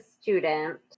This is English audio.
student